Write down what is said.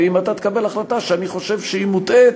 ואם אתה תקבל החלטה שאני חושב שהיא מוטעית,